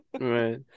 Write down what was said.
Right